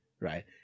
right